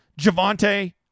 Javante